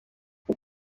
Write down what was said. gen